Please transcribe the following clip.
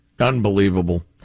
Unbelievable